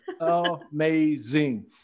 Amazing